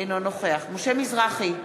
אינו נוכח משה מזרחי,